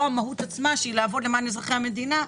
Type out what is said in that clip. המהות עצמה של לעבוד למען אזרחי המדינה.